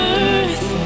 earth